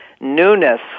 newness